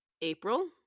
April